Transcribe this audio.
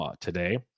today